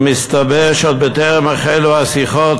ומסתבר שעוד בטרם החלו השיחות,